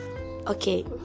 Okay